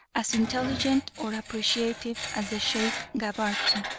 as intelligent or appreciative as the sheikh gabarty,